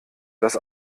das